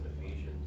Ephesians